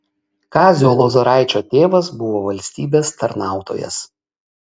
kazio lozoraičio tėvas buvo valstybės tarnautojas